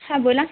हां बोला